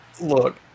look